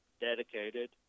dedicated